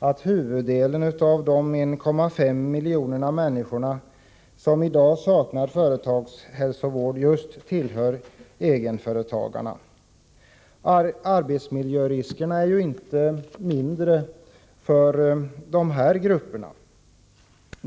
att huvuddelen av de 1,5 milj. människor som i dag saknar företagshälsovård just är egenföretagare. Arbetsmiljöriskerna är inte mindre för de här företagarna.